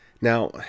now